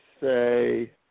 say